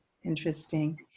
Interesting